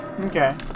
Okay